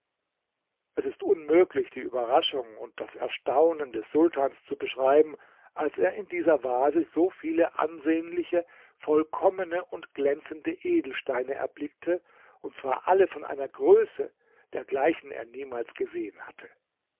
es ist unmöglich die überraschung und das erstaunen des sultans zu beschreiben als er in dieser vase so viele ansehnliche vollkommene und glänzende edelsteine erblickte und zwar alle von einer größe dergleichen er niemals gesehen hatte